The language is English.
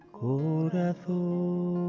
corazón